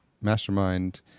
mastermind